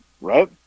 Right